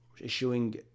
issuing